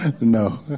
No